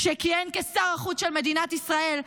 כשכיהן כשר החוץ של מדינת ישראל,